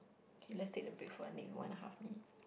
okay let's take a break for the next one and a half minutes